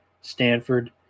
Stanford